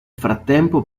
frattempo